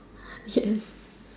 yes